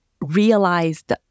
realized